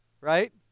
Right